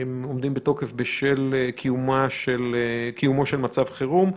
שעומדים בתוקף בשל קיומו של מצב חירום,